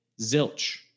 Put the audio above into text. Zilch